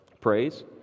praise